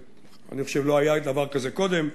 אני חושב שלא היה דבר כזה קודם,